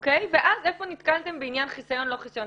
ואז איפה נתקלתם בעניין חיסיון לא חיסיון.